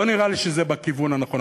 לא נראה לי שזה בכיוון הנכון,